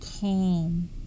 calm